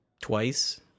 twice